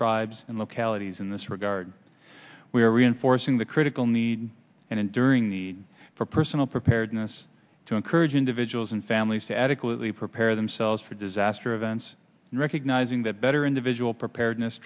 tribes and localities in this regard we are reinforcing the critical need and during the for personal preparedness to encourage individuals and families to adequately prepare themselves for disaster events recognizing that better individual preparedness